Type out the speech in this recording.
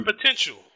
potential